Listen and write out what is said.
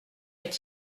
est